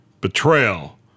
betrayal